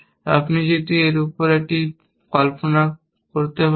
আপনি যদি এর উপর এটি কল্পনা করতে পারেন